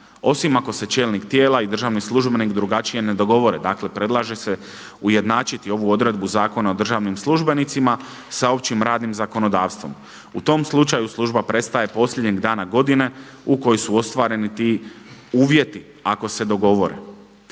osim ako se čelnik tijela i državni službenik drugačije ne dogovore. Dakle predlaže se ujednačiti ovu odredbu Zakona o državnim službenicima sa općim radnim zakonodavstvom. U tom slučaju služba prestaje posljednjeg dana godine u kojoj su ostvareni ti uvjeti ako se dogovore.